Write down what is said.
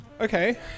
Okay